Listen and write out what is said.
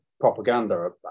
propaganda